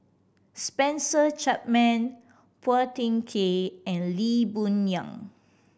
Spencer Chapman Phua Thin Kiay and Lee Boon Yang